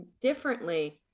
differently